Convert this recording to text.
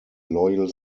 loyal